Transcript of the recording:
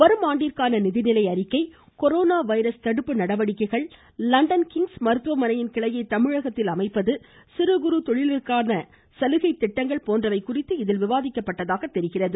வரும் ஆண்டிற்கான நிதிநிலை அறிக்கை கொரோனா வைரஸ் தடுப்பு நடவடிக்கைகள் லண்டன் கிங்ஸ் மருத்துவமனையின் கிளையை தமிழகத்தில் அமைப்பது சிறுகுறு தொழில்களுக்கான சலுகை திட்டங்கள் போன்றவை குறித்து இதில் விவாதிக்கப்பட்டதாக தெரிகிறது